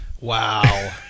Wow